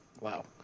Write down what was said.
Wow